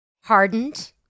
hardened